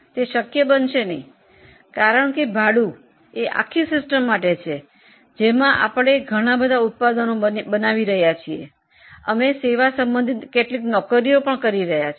તે શક્ય નથી કારણ કે ભાડું આખી પદ્ધતિ માટે છે જેમાં આપણે ઘણા ઉત્પાદનો બનાવી રહ્યા છીએ અને સેવા સંબંધિત કેટલીક કામ પણ કરી રહ્યા છીએ